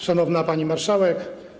Szanowna Pani Marszałek!